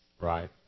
Right